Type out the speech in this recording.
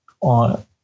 on